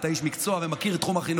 אתה איש מקצוע ומכיר את תחום החינוך.